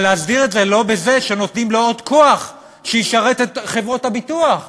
אבל להסדיר את זה לא בזה שנותנים לו עוד כוח שישרת את חברות הביטוח,